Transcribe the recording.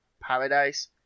Paradise